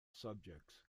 subjects